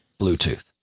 Bluetooth